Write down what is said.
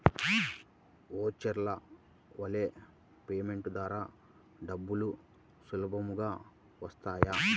Virtual payment ద్వారా డబ్బులు సులభంగా వస్తాయా?